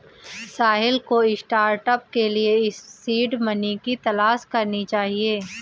साहिल को स्टार्टअप के लिए सीड मनी की तलाश करनी चाहिए